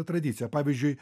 tradiciją pavyzdžiui